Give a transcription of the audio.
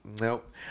Nope